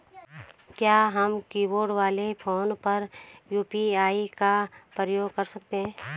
क्या हम कीबोर्ड वाले फोन पर यु.पी.आई का प्रयोग कर सकते हैं?